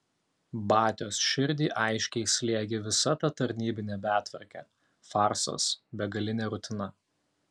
batios širdį aiškiai slėgė visa ta tarnybinė betvarkė farsas begalinė rutina